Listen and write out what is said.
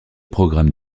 programmes